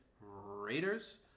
Raiders